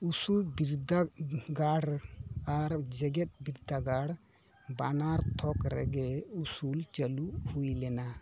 ᱩᱥᱩᱞ ᱵᱤᱨᱫᱟᱜᱟᱲ ᱟᱨ ᱡᱮᱜᱮᱫ ᱵᱤᱨᱫᱽᱟᱹᱜᱟᱲ ᱵᱟᱱᱟᱨ ᱛᱷᱚᱠ ᱨᱮᱜᱮ ᱩᱥᱩᱞ ᱪᱟᱹᱞᱩ ᱦᱩᱭ ᱞᱮᱱᱟ